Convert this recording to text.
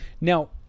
Now